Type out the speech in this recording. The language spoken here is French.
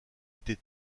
été